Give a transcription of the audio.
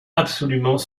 absolument